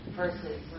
versus